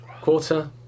quarter